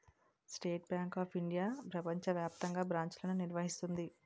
state Bank of India ప్రపంచ వ్యాప్తంగా బ్రాంచ్లను నిర్వహిస్తుంది